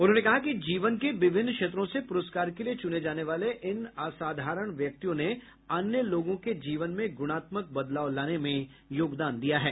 उन्होंने कहा कि जीवन के विभिन्न क्षेत्रों से पुरस्कार के लिए चुने जाने वाले इन असाधारण व्यक्तियों ने अन्य लोगों के जीवन में गुणात्मक बदलाव लाने में योगदान दिया है